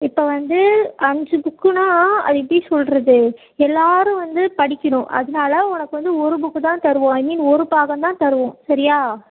இப்போ வந்து அஞ்சு புக்குன்னா அது எப்படி சொல்கிறது எல்லோரும் வந்து படிக்கணும் அதனால உனக்கு வந்து ஒரு புக்கு தான் தருவோம் ஐ மீன் ஒரு பாகம்தான் தருவோம் சரியா